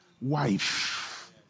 Wife